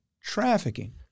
trafficking